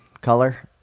color